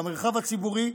במרחב הציבורי.